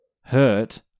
hurt